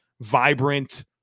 vibrant